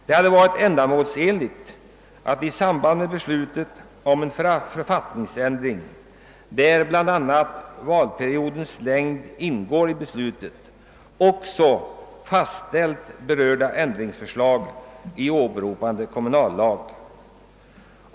Det hade varit ändamålsenligt att i samband med beslutet om författningsändringen — i vilken valperiodens längd ingår — också fastställa berörda ändringsförslag i åberopade kommunallag.